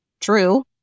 true